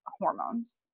hormones